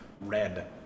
red